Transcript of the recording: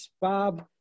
Bob